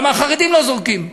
למה החרדים לא זורקים?